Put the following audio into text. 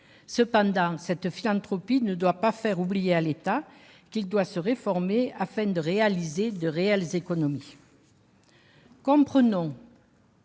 Cependant, cette philanthropie ne doit pas faire oublier à l'État qu'il doit se reformer afin de réaliser de réelles économies.